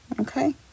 Okay